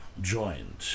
joined